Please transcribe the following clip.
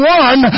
one